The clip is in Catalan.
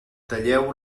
talleu